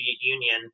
Union